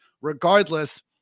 Regardless